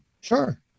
sure